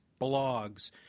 blogs